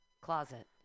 Closet